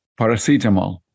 Paracetamol